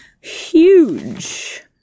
huge